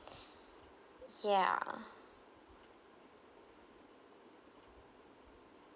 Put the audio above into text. ya